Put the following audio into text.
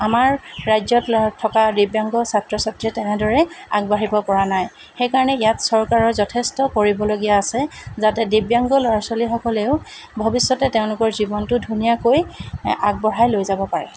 আমাৰ ৰাজ্যত ল থকা দিব্যাংগ ছাত্ৰ ছাত্ৰী তেনেদৰে আগবাঢ়িব পৰা নাই সেইকাৰণে ইয়াত চৰকাৰৰ যথেষ্ট কৰিবলগীয়া আছে যাতে দিব্যাংগ ল'ৰা ছোৱালীসকলেও ভৱিষ্যতে তেওঁলোকৰ জীৱনটো ধুনীয়াকৈ আগবঢ়াই লৈ যাব পাৰে